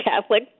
Catholic